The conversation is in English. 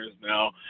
now